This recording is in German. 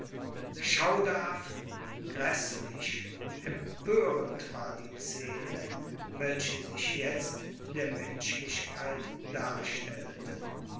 gräßlich empörend war die scene welche sich jetzt der menschlichkeit darstellte